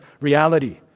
reality